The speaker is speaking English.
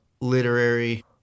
literary